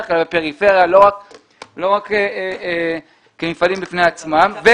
כלל בפריפריה ולא רק מפעלים בפני עצמם.